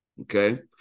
Okay